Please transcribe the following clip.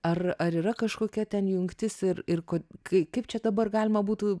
ar ar yra kažkokia ten jungtis ir ir ko kai kaip čia dabar galima būtų